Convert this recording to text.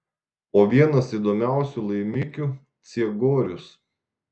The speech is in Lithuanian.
o vienas įdomiausių laimikių ciegorius